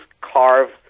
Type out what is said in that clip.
carve